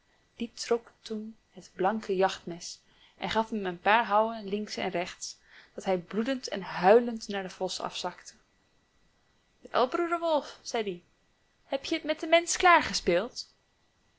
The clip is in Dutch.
die trok toen het blanke jachtmes en gaf hem een paar houwen links en rechts dat hij bloedend en huilend naar den vos afzakte wel broeder wolf zei die heb je het met den mensch klaargespeeld